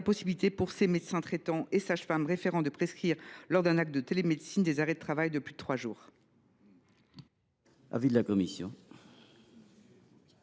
possibilité pour les médecins traitants et sages femmes référentes de prescrire, lors d’un acte de télémédecine, des arrêts de travail de plus de trois jours.